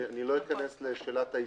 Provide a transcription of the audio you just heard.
אני לא אכנס לשאלת האיזון,